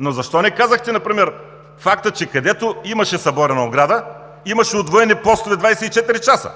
Но защо не казахте, например, факта, че където имаше съборена ограда, имаше удвоени постове 24 часа?